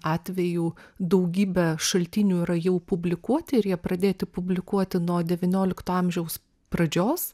atvejų daugybė šaltinių yra jau publikuoti ir jie pradėti publikuoti nuo devyniolikto amžiaus pradžios